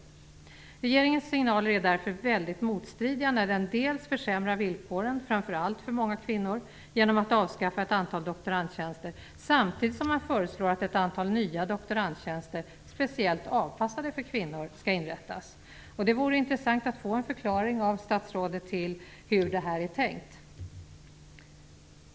Regeringens signaler är därför väldigt motstridiga när den försämrar villkoren för framför allt många kvinnor genom att avskaffa ett antal doktorandtjänster samtidigt som man föreslår att ett antal nya doktorandtjänster speciellt avpassade för kvinnor skall inrättas. Det vore intressant att få en förklaring av statsrådet till hur det är tänkt.